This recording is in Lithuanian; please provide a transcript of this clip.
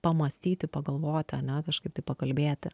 pamąstyti pagalvoti ane kažkaip tai pakalbėti